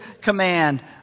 command